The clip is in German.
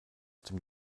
dem